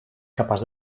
capaç